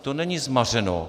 To není zmařeno.